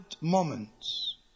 moments